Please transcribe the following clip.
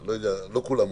לא כולם מוכשרים.